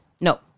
no